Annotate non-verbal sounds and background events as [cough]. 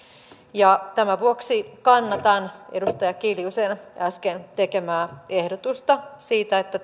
tämän vuoksi kannatan edustaja kiljusen äsken tekemää ehdotusta siitä että [unintelligible]